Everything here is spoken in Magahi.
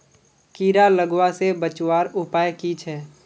कीड़ा लगवा से बचवार उपाय की छे?